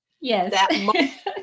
Yes